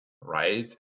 right